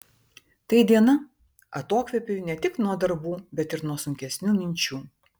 tai diena atokvėpiui ne tik nuo darbų bet ir nuo sunkesnių minčių